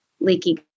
leaky